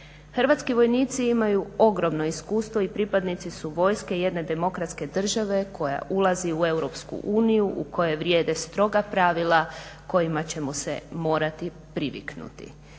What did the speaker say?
Hrvatski vojnici imaju ogromno iskustvo i pripadnici su vojske jedne demokratske države koja ulazi u Europsku uniju u kojoj vrijede stroga pravila kojima ćemo se morati priviknuti.